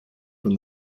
from